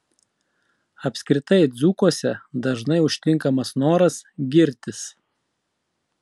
apskritai dzūkuose dažnai užtinkamas noras girtis